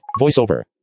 Voiceover